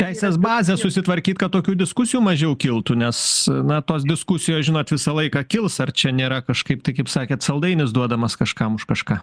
teisės bazę susitvarkyt kad tokių diskusijų mažiau kiltų nes na tos diskusijos žinot visą laiką kils ar čia nėra kažkaip tai kaip sakėt saldainis duodamas kažkam už kažką